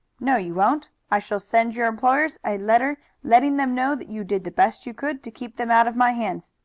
no, you won't. i shall send your employers a letter letting them know that you did the best you could to keep them out of my hands.